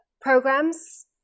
programs